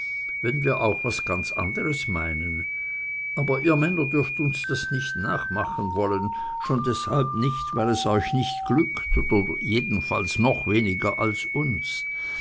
wenn wir auch was ganz anderes meinen aber ihr männer dürft uns das nicht nachmachen wollen schon deshalb nicht weil es euch nicht glückt oder doch jedenfalls noch weniger als uns